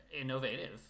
innovative